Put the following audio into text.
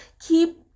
keep